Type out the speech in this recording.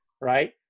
right